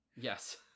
yes